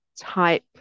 type